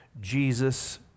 Jesus